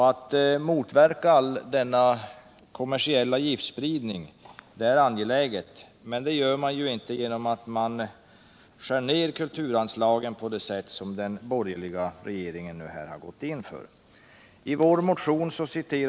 Att motverka all denna kommersiella giftspridning är angeläget, men det gör man ju inte genom att skära ned kulturanslaget på det sätt som den borgerliga regeringen nu gått in för. I vår motion citerar vi ur bil.